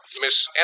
Miss